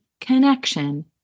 connection